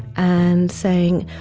and saying,